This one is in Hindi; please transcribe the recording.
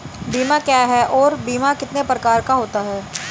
बीमा क्या है और बीमा कितने प्रकार का होता है?